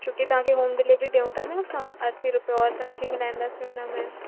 छो की तव्हांखे होम डिलेविरी ॾियऊं था असां असी रुपए और तव्हांजी मिलाईंदासीं उन में